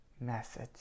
message